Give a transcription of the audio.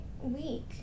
week